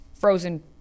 frozen